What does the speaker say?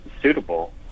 suitable